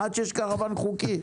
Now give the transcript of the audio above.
עד שיש קרוואן חוקי.